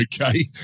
okay